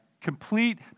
complete